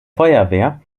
feuerwehr